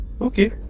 Okay